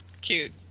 Cute